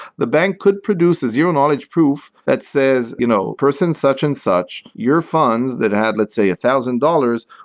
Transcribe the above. the bank could produce a zero-knowledge proof that says, you know person such and such, your funds, that had let's say a thousand dollars,